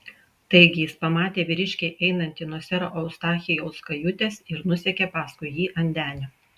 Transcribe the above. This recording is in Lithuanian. taigi jis pamatė vyriškį einantį nuo sero eustachijaus kajutės ir nusekė paskui jį ant denio